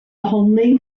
homely